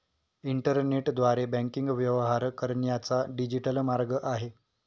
इंटरनेटद्वारे बँकिंग व्यवहार करण्याचा डिजिटल मार्ग आहे